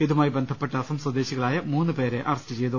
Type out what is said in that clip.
ഇതു മായി ബന്ധപ്പെട്ട് അസം സ്വദേശികളായ മൂന്നുപേരെ അറസ്റ്റ് ചെയ്തു